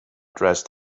dressed